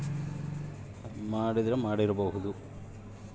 discount ಅನ್ನೊ ನೆಪದಲ್ಲಿ ಕೆಲವು ಕಂಪನಿಯವರು ಗ್ರಾಹಕರಿಗೆ ಮೋಸ ಮಾಡತಾರೆ